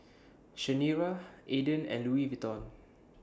Chanira Aden and Louis Vuitton